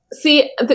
See